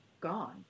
gone